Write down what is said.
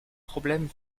problèmes